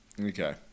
Okay